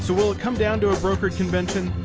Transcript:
so will it come down to a brokered convention?